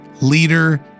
leader